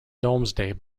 domesday